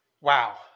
Wow